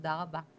תודה רבה.